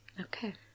okay